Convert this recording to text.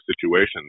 situations